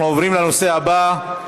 אנחנו עוברים לנושא הבא: